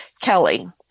Kelly